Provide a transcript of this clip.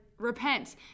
Repent